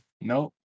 Nope